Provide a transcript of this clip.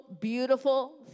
beautiful